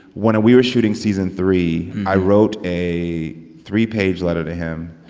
when we were shooting season three, i wrote a three-page letter to him.